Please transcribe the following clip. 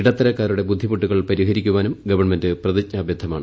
ഇടത്തരക്കാരുടെ ബുദ്ധിമുട്ടുകൾ പരിഹരിക്കാനും ഗവൺമെന്റ് പ്രതിജ്ഞാബദ്ധമാണ്